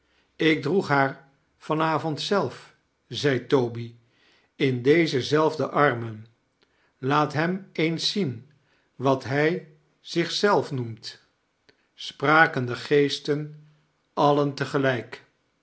ik droeg haar van avond zelf zei toby in deze zelfde armen laat hem eens zien wat hij zich zelf noemt spraken de geesten alien